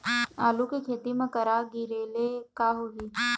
आलू के खेती म करा गिरेले का होही?